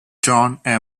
john